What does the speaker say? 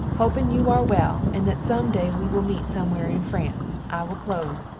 hoping you are well and that some day we will meet somewhere in france, i will close.